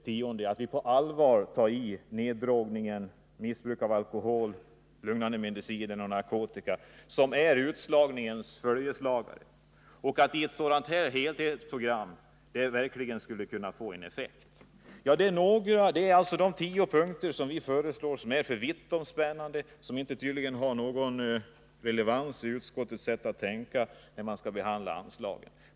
Vi måste på allvar ta i mot neddrogning, missbruk av alkohol, lugnande mediciner och narkotika, som är utslagningens följeslagare, så att det av ett sådant heltidsprogram verkligen skulle kunna bli en effekt. Det är alltså de tio punkter som vi föreslår men som är för vittomspännande och tydligen inte har någon relevans i utskottsledamöternas sätt att tänka när de skall behandla anslagen.